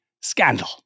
scandal